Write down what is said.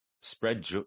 spread